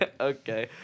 Okay